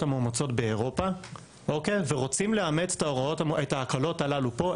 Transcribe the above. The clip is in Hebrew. המאומצות באירופה ורוצים לאמץ את ההקלות הללו פה,